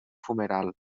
fumeral